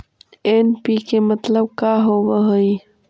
NPK मतलब का होव हइ?